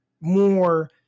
more